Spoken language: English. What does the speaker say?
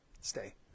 Stay